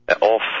off